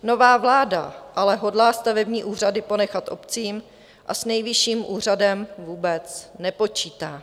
Nová vláda ale hodlá stavební úřady ponechat obcím a s Nejvyšším úřadem vůbec nepočítá.